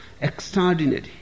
extraordinary